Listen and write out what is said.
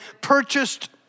purchased